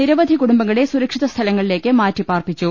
നിരവധി കുടുംബങ്ങളെ സുര ക്ഷിതസ്ഥലങ്ങളിലേക്ക് മാറ്റിപാർപ്പിച്ചു